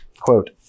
quote